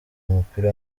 mupira